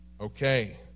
Okay